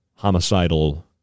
homicidal